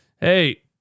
Hey